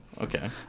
okay